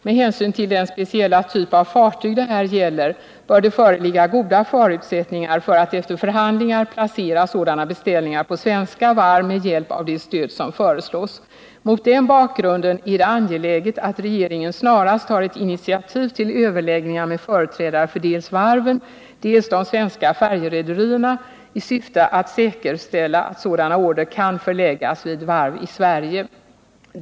Med hänsyn till den speciella typ av fartyg det här gäller bör det föreligga goda förutsättningar för att efter förhandlingar placera sådana beställningar på svenska varv med hjälp av det stöd som föreslås. Mot den bakgrunden är det angeläget att regeringen snarast tar ett initiativ till överläggningar med företrädare för dels varven, dels de svenska färjerederierna i syfte att säkerställa att sådana order kan förläggas vid varv i Sverige.